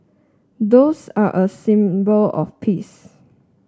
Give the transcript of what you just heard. doves are a symbol of peace